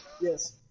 Yes